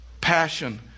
passion